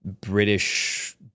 British